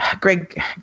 Greg